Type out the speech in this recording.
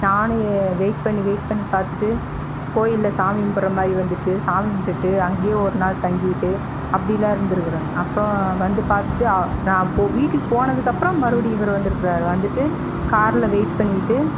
நானும் வெயிட் பண்ணி வெயிட் பண்ணி பார்த்துட்டு கோயிலில் சாமி கும்பிட்ற மாதிரி வந்துவிட்டு சாமி கும்பிட்டுட்டு அங்கேயே ஒரு நாள் தங்கிவிட்டு அப்படிலாம் இருந்துருக்குறோங்க அப்புறம் வந்து பார்த்துட்டு நான் அப்போது வீட்டுக்கு போனதுக்கப்புறம் மறுபடியும் இவர் வந்திருக்குறார் வந்துட்டு காரில் வெயிட் பண்ணிவிட்டு